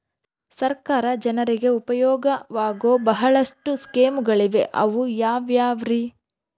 ಸರ್ಕಾರ ಜನರಿಗೆ ಉಪಯೋಗವಾಗೋ ಬಹಳಷ್ಟು ಸ್ಕೇಮುಗಳಿವೆ ಅವು ಯಾವ್ಯಾವ್ರಿ?